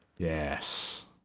Yes